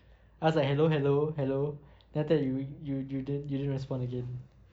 I was like hello hello hello then after that you di~ you you you didn't you didn't respond again